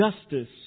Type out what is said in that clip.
justice